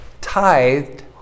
tithed